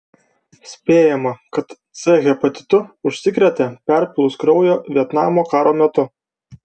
spėjama kad c hepatitu užsikrėtė perpylus kraujo vietnamo karo metu